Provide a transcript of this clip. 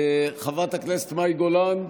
חברת הכנסת מאי גולן,